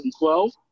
2012